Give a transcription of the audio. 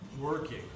working